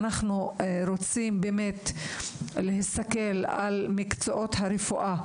אנחנו מדברים על מקצועות הרפואה,